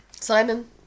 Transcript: Simon